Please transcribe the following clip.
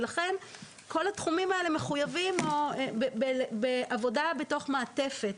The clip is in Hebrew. לכן כל התחומים האלה מחויבים בעבודה בתוך מעטפת,